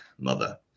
mother